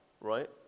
right